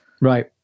Right